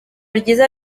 ryiza